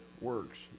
works